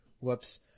Whoops